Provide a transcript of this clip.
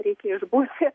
reikia išbūti